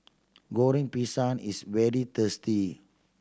Goreng Pisang is very tasty